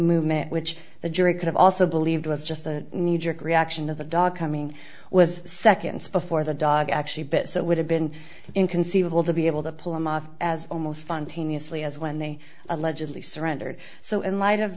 movement which the jury could have also believed was just a knee jerk reaction of the dog coming was seconds before the dog actually bit so it would have been inconceivable to be able to pull him off as almost funny asli as when they allegedly surrendered so in light of